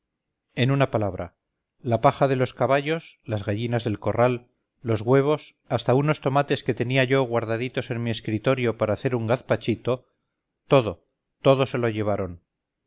en una palabra la paja de los caballos las gallinas del corral los huevos hasta unos tomates que tenía yo guardaditos en mi escritorio para hacer un gazpachito todo todo se lo llevaron